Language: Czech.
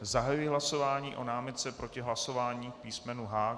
Zahajuji hlasování o námitce proti hlasování k písmenu H.